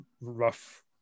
rough